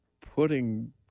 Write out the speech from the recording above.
putting